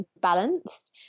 balanced